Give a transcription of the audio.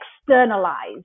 externalize